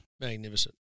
magnificent